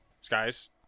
Skies